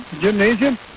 Gymnasium